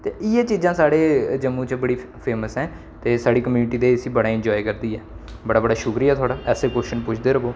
ते इ'यै चीजां साढ़े जम्मू च बड़ी फेमस ऐ ते साढ़ी कम्यूनिटी ते इसी बड़ा इंजाए करदी ऐ बड़ा बड़ा शुक्रिया थुआढ़ा ऐसे कोच्छन पुच्छदे रवो